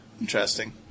Interesting